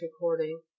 recording